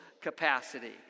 capacity